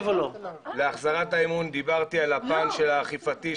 -- דיברתי על הפן האכיפתי,